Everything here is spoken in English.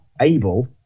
able